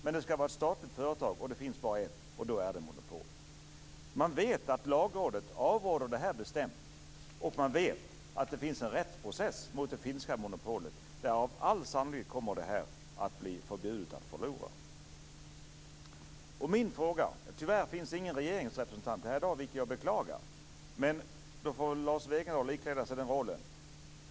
Men det skall vara ett statligt företag och det finns bara ett, och då är det ett monopol. Man vet att Lagrådet avråder det här bestämt. Man vet att det finns en rättsprocess mot det finska monopolet, där det med all sannolikhet kommer att bli ett förbud. Tyvärr finns det inte någon regeringsrepresentant här i dag, vilket jag beklagar. Men då får väl Lars Wegendal ikläda sig den rollen.